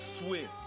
swift